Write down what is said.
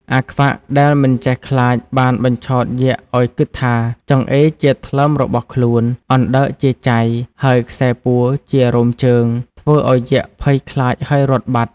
អាខ្វាក់ ដែលមិនចេះខ្លាច បានបញ្ឆោតយក្សឱ្យគិតថា ចង្អេរជាថ្លើមរបស់ខ្លួន អណ្តើកជាចៃ ហើយខ្សែពួរជា រោមជើង ធ្វើឱ្យយក្សភ័យខ្លាចហើយរត់បាត់ ។